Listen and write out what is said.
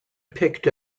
picked